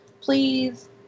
please